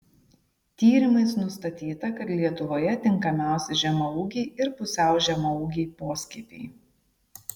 tyrimais nustatyta kad lietuvoje tinkamiausi žemaūgiai ir pusiau žemaūgiai poskiepiai